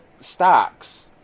stocks